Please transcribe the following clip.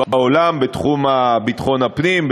בעולם: בתחום ביטחון הפנים,